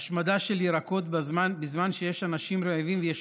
השמדה של ירקות בזמן שיש אנשים רעבים ויש